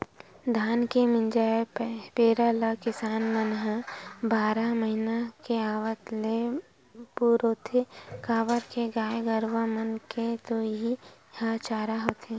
धान के मिंजाय पेरा ल किसान मन ह बारह महिना के आवत ले पुरोथे काबर के गाय गरूवा मन के तो इहीं ह चारा होथे